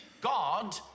God